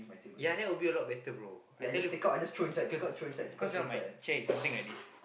yeah that will be a lot better bro I tell you cause cause you know my chair is something like this